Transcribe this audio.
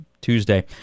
Tuesday